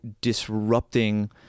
disrupting